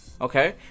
okay